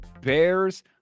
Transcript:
Bears